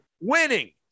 winning